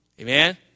Amen